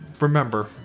remember